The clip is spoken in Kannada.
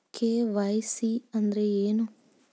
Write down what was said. ಕೆ.ವೈ.ಸಿ ಅಂದ್ರೇನು?